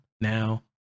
now